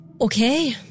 Okay